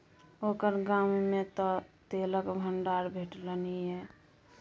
ओकर गाममे तँ तेलक भंडार भेटलनि ये